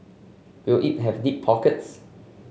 will it have deep pockets